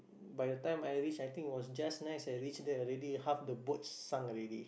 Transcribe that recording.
by the time I reach I think was just nice I reach there already half the boat sunk already